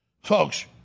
Folks